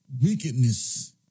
wickedness